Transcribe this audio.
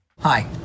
Hi